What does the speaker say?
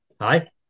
Hi